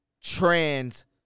trans